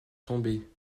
tombée